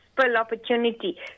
opportunity